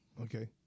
Okay